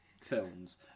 films